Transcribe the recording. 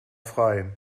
frei